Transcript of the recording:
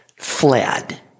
fled